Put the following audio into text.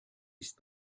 ist